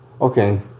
Okay